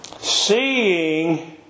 seeing